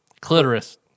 Clitoris